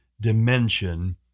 dimension